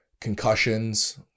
concussions